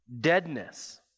deadness